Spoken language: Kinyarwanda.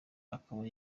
akaba